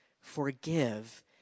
forgive